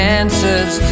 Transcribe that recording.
answers